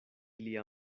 lia